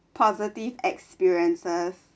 positive experiences